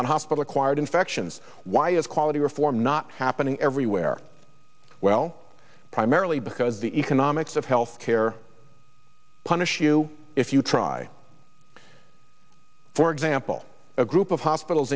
on hospital acquired infections why is quality reform not happening everywhere well primarily because the economics of health care punish you if you try for example a group of hospitals